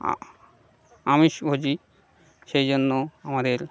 আমিষ ভজি সেই জন্য আমাদের